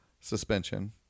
suspension